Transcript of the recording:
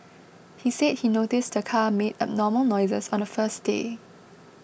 he said he noticed the car made abnormal noises on the first day